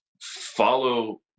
follow